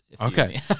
Okay